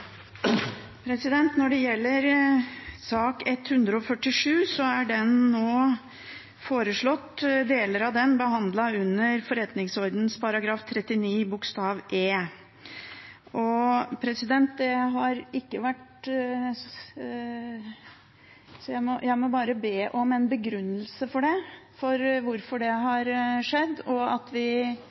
Når det gjelder referatpunkt 147, er deler av den saken nå foreslått behandlet under forretningsordenens § 39 bokstav e. Jeg må be om en begrunnelse for hvorfor det har skjedd, og at vi i så fall får en mulighet til å vurdere den begrunnelsen. Det